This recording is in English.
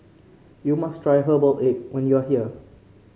you must try Herbal Egg when you are here